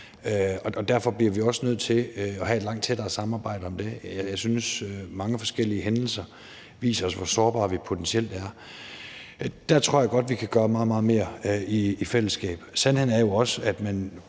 derfor bliver vi også nødt til at have et langt tættere samarbejde om det. Jeg synes, at mange forskellige hændelser viser os, hvor sårbare vi potentielt er. Der tror jeg godt, at vi kan gøre meget, meget mere i fællesskab. Sandheden er jo også, at på